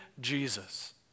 Jesus